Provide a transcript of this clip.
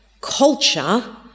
culture